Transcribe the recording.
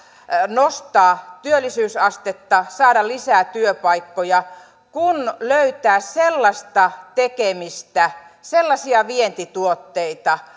nostaa työllisyysastetta saada lisää työpaikkoja kuin löytää sellaista tekemistä sellaisia vientituotteita